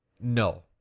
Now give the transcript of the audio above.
no